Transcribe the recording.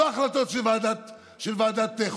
לא ההחלטות של ועדת החוקה,